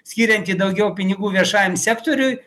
skirianti daugiau pinigų viešajam sektoriui